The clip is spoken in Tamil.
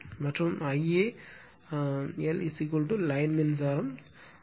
மற்றும் Ia l லைன் மின்சாரம் Ia l Ia